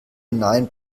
nein